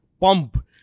pump